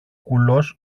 κουλός